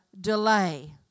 delay